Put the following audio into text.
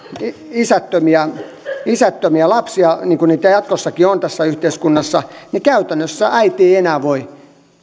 isättömiä isättömiä lapsia niin kuin niitä jatkossakin on tässä yhteiskunnassa niin käytännössä äiti ei enää voi